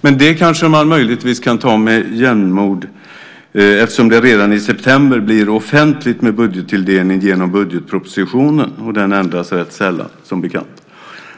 Men det kan man möjligtvis ta med jämnmod eftersom det redan i september blir offentligt med budgettilldelning genom budgetpropositionen. Den ändras ju som bekant rätt sällan.